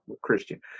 Christian